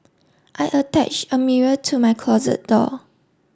I attached a mirror to my closet door